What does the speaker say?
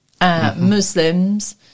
Muslims